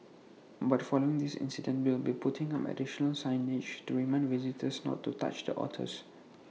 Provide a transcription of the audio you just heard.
but following this incident we will be putting up additional signage to remind visitors not to touch the otters